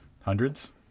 Hundreds